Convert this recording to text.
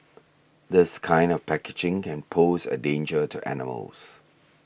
this kind of packaging can pose a danger to animals